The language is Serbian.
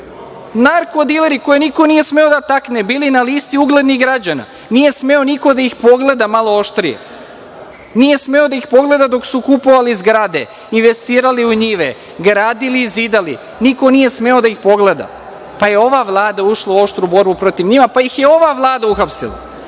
narko dileri koje niko nije smeo da takne, bili na listi uglednih građana. Nije smeo niko da ih pogleda malo oštrije, nije smeo da ih pogleda dok su kupovali zgrade, investirali u njive, gradili i zidali. Niko nije smeo da ih pogleda, pa je ova Vlada ušla u oštru borbu protiv njih, pa ih je ova Vlada uhapsila,